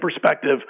perspective